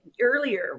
earlier